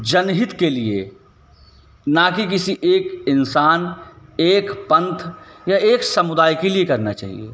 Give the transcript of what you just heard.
जनहित के लिए ना कि किसी एक इंसान एक पंथ या एक समुदाय के लिए करना चाहिए